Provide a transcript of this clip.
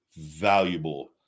valuable